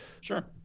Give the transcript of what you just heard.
Sure